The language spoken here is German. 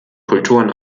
kulturen